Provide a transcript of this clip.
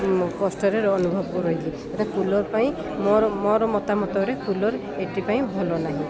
କଷ୍ଟରେ ଅନୁଭବ କରିଛି ଯଥା କୁଲର ପାଇଁ ମୋର ମୋର ମତାମତରେ କୁଲର ଏଥିପାଇଁ ଭଲ ନାହିଁ